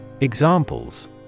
Examples